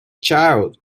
child